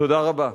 תודה רבה.